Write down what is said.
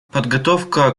подготовка